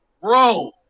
Bro